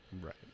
right